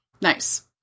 Nice